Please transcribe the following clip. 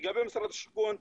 לגבי משרד השיכון,